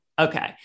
Okay